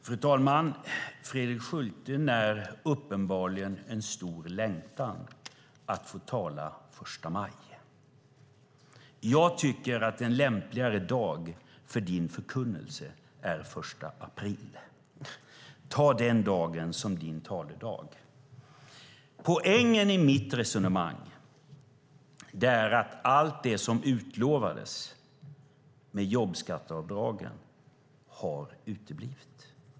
Fru talman! Fredrik Schulte, du när uppenbarligen en stor längtan efter att få tala på första maj. Jag tycker att en lämpligare dag för din förkunnelse är första april. Ta den dagen som din taledag! Poängen i mitt resonemang är att allt som utlovades i och med jobbskatteavdragen har uteblivit.